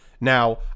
Now